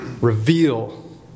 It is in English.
reveal